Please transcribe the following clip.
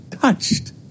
touched